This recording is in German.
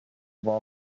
war